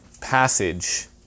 passage